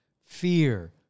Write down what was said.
fear